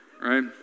right